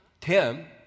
Tim